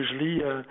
Usually